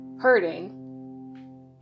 hurting